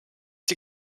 die